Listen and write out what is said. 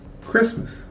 Christmas